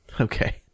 Okay